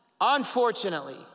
Unfortunately